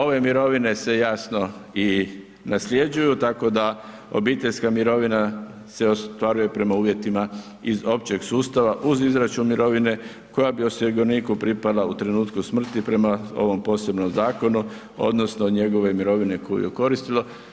Ove mirovine se jasno i nasljeđuju, tako da obiteljska mirovina se ostvaruje prema uvjetima iz općeg sustava uz izračun mirovine koja bi osiguraniku pripala u trenutku smrti prema ovom posebnom zakonu odnosno njegove mirovine koju je koristilo.